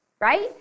right